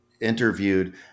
interviewed